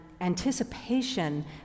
anticipation